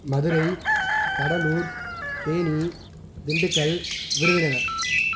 Madurai Cuddalore Theni Dindigul Virudhunagar